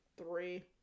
Three